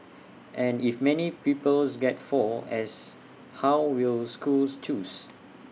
and if many pupils get four as how will schools choose